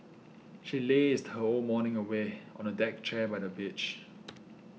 she lazed her whole morning away on a deck chair by the beach